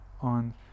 on